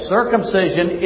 Circumcision